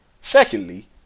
Secondly